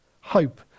Hope